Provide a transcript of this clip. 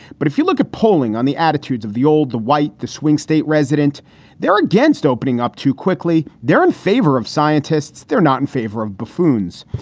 but if you look at polling on the attitudes of the old, the white, the swing state resident there against opening up too quickly, they're in favor of scientists. they're not in favor of buffoons.